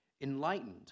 enlightened